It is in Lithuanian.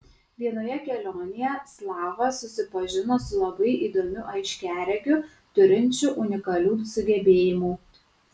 vienoje kelionėje slava susipažino su labai įdomiu aiškiaregiu turinčiu unikalių sugebėjimų